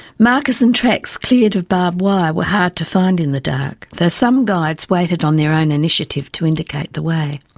markers and tracks cleared of barbed wire were hard to find in the dark, though some guides waited on their own initiative to indicate the way.